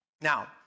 Now